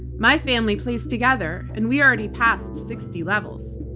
my family plays together and we already passed sixty levels.